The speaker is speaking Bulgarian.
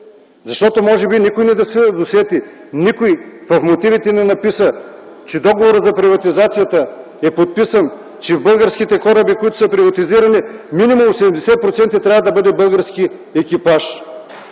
Може би никой не се досети, никой в мотивите не написа, че договорът за приватизация е подписан, че в българските кораби, които са приватизирани, минимум 80% трябва да бъде български екипаж!